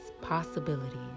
possibilities